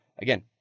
again